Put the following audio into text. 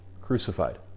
crucified